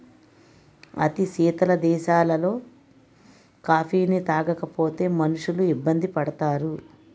అతి శీతల దేశాలలో కాఫీని తాగకపోతే మనుషులు ఇబ్బంది పడతారు